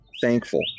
thankful